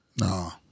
No